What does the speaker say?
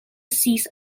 cease